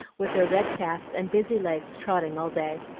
with their red caps and busy legs trotting all day.